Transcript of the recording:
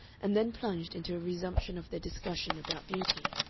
and then plunged into a resumption of their discussion about beauty.